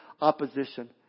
opposition